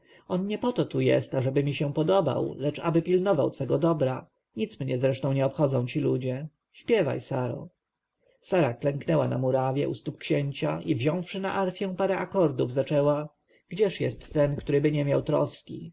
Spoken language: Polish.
nie poto tu jest ażeby mi się podobał lecz aby pilnował twego dobra nic mnie zresztą nie obchodzą ci ludzie śpiewaj saro sara klękła na murawie u stóp księcia i wziąwszy na arfie parę akordów zaczęła gdzież jest ten któryby nie miał troski